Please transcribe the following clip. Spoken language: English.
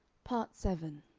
part seven